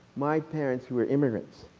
my parents were immigrants.